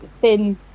thin